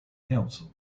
council